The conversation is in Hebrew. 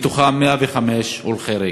105 מהם הולכי רגל.